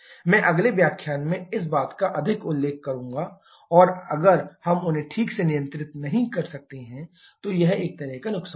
मैं अगले व्याख्यान में इस बात का अधिक उल्लेख करूंगा और अगर हम उन्हें ठीक से नियंत्रित नहीं कर सकते हैं तो यह एक तरह का नुकसान है